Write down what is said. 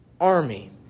army